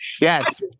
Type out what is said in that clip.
Yes